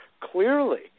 clearly